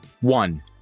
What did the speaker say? One